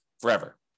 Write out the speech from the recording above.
forever